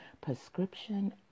prescription